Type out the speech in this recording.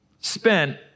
spent